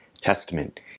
Testament